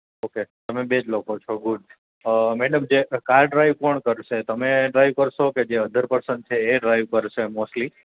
okay તમે બે જ લોકો છો ગુડ મેડમ જે કાર ડ્રાઈવ કોણ કરશે તમે ડ્રાઈવ કરશો કે જે અધર પર્સન છે એ ડ્રાઈવ કરશે મોસ્ટલી